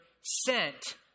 sent